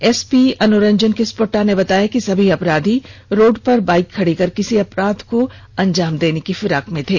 SP Anuranjan Kispotta ने बताया कि सभी अपराधी रोड पर बाइक खंड़ी कर किसी अपराध को अंजाम देने की फिराक में थे